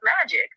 magic